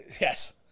Yes